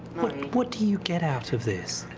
what what do you get out of this?